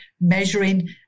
measuring